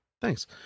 Thanks